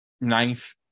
ninth